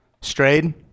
strayed